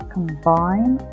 Combine